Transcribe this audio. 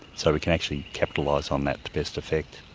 so we can actually capitalise on that to best effect.